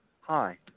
Hi